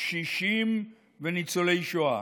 קשישים וניצולי שואה,